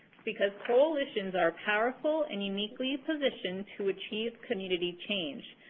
because coalitions are powerful and uniquely positioned to achieve community change,